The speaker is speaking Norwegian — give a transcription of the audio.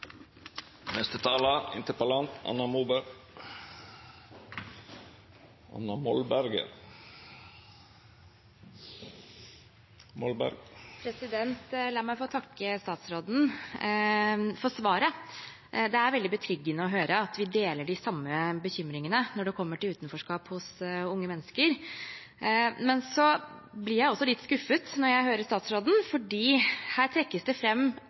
La meg få takke statsråden for svaret. Det er veldig betryggende å høre at vi deler de samme bekymringene når det gjelder utenforskap hos unge mennesker. Men jeg blir også litt skuffet når jeg hører statsråden, for her trekkes det